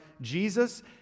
Jesus